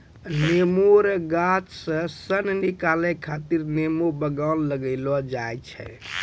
नेमो रो गाछ से सन निकालै खातीर नेमो बगान लगैलो जाय छै